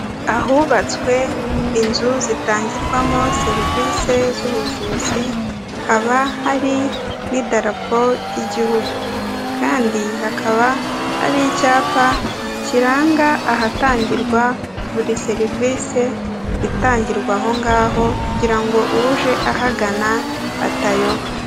Ahubatswe inzu zitangirwamo serivisi z'ubuvuzi, haba hari n'idarapo ry'igihugu kandi hakaba hari icyapa kiranga ahatangirwa buri serivisi itangirwa aho ngaho kugira ngo uje ahagana atayoba.